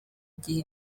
gihe